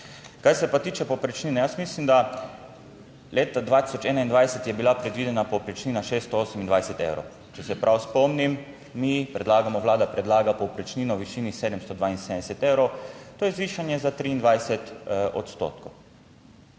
Kar se pa tiče povprečnine, jaz mislim, da leta 2021 je bila predvidena povprečnina 628 evrov. Če se prav spomnim, mi predlagamo, Vlada predlaga povprečnino v višini 772 evrov. To je zvišanje za 23 odstotkov.